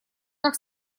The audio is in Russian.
как